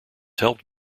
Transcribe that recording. helped